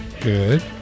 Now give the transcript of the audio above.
Good